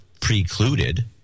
precluded